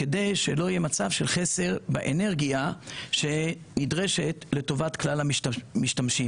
כדי שלא יהיה מצב של חסר באנרגיה שנדרשת לטובת כלל המשתמשים.